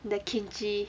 kimchi